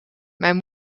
mijn